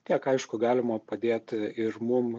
tiek aišku galima padėt ir mum